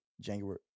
January